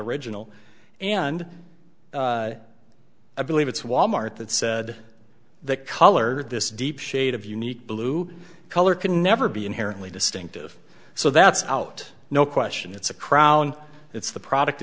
original and i believe it's walmart that said the color this deep shade of unique blue color can never be inherently distinctive so that's out no question it's a crown it's the product